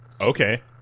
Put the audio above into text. Okay